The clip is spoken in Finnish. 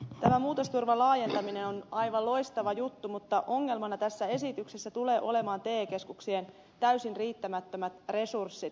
tämä muutosturvan laajentaminen on aivan loistava juttu mutta ongelmana tässä esityksessä tulee olemaan te keskuksien täysin riittämättömät resurssit